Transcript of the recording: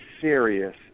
serious